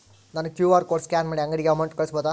ನಾನು QR code scan ಮಾಡಿ ಅಂಗಡಿಗೆ ಅಮೌಂಟ್ ಕಳಿಸಬಹುದಾ?